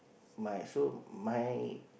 my so my